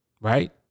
right